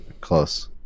close